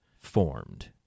formed